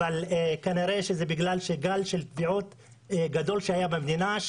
אבל זה קרה בגלל שהיה גל טביעות גדול במדינה,